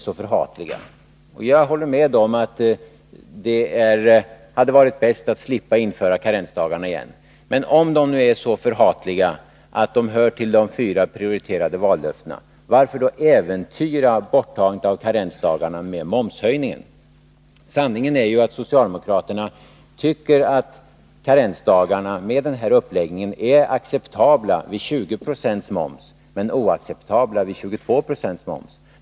Jag kan hålla med om att det hade varit bäst att slippa införa karensdagarna igen. Men om dessa nu är så förhatliga att deras borttagande hör till de fyra prioriterade vallöftena, varför då äventyra borttagandet av karensdagarna genom kravet på momshöjning? Sanningen är ju att socialdemokraterna med den här uppläggningen tycker att karensdagarna är acceptabla vid 20 26 moms men oacceptabla vid 22 20 moms.